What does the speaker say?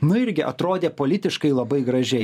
nu irgi atrodė politiškai labai gražiai